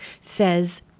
says